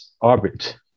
orbit